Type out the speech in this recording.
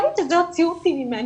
הבית הזה, הוציאו אותי ממנו.